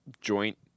joint